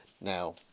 Now